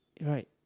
right